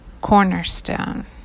cornerstone